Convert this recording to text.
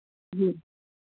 जी